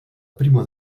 primo